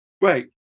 right